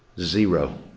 Zero